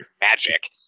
magic